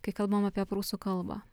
kai kalbam apie prūsų kalbą